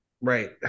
Right